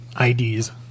IDs